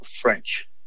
French